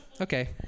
Okay